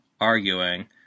arguing